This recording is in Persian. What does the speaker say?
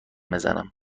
بزنم